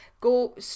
go